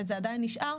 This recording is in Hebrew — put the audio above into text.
וזה עדיין נשאר,